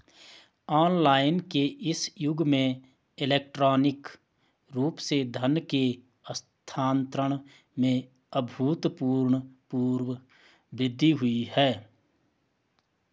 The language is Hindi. ऑनलाइन के इस युग में इलेक्ट्रॉनिक रूप से धन के हस्तांतरण में अभूतपूर्व वृद्धि हुई है